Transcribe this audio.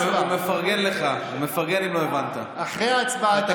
אם לא הבנת, הוא מפרגן לך.